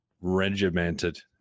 regimented